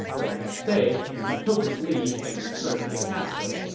the next day, he took his leave and returned to the capital.